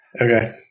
Okay